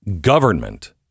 government